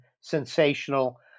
sensational